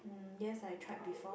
um yes I tried before